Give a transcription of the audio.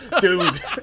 Dude